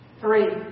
Three